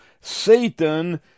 Satan